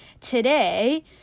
Today